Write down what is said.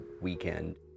weekend